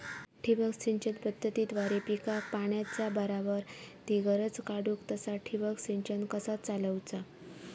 ठिबक सिंचन पद्धतीद्वारे पिकाक पाण्याचा बराबर ती गरज काडूक तसा ठिबक संच कसा चालवुचा?